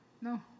No